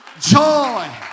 Joy